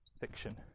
fiction